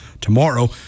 tomorrow